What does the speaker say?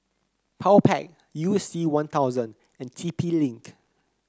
Powerpac You C One Thousand and T P Link